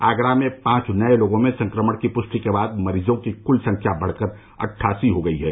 आगरा में पांच नए लोगों में संक्रमण की पुष्टि के बाद मरीजों की कुल संख्या बढ़कर अट्ठासी हो गई है